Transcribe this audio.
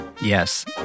Yes